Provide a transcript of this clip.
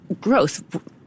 growth